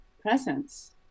presence